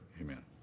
Amen